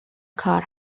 کار